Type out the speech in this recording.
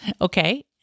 Okay